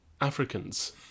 Africans